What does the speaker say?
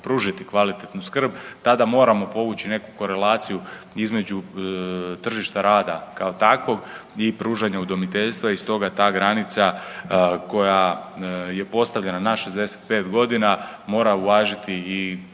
pružiti kvalitetnu skrb, tada moramo povući neku korelaciju između tržišta rada kao takvog i pružanja udomiteljstva i stoga ta granica koja je postavljena na 65 godina mora uvažiti i